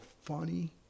funny